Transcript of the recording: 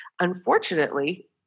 Unfortunately